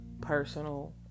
personal